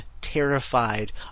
terrified